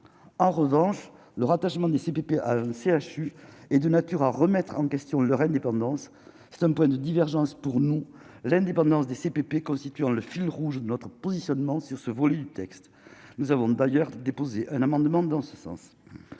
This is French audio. en revanche le rattachement CPP CHU et de nature à remettre en question leur indépendance, c'est un point de divergence, pour nous, l'indépendance des CPP constituant le fil rouge notre positionnement sur ce vol, texte nous avons d'ailleurs déposé un amendement dans ce sens,